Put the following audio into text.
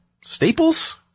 staples